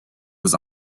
was